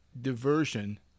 diversion